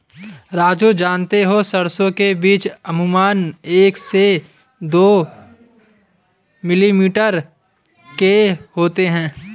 राजू जानते हो सरसों के बीज अमूमन एक से दो मिलीमीटर के होते हैं